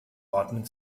ordnen